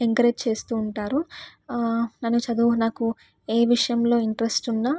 encourage చేస్తూ ఉంటారు నన్ను చదువు నాకు ఏ విషయంలో ఇంట్రెస్ట్ ఉన్నా